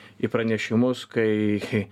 į pranešimus kai